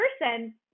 person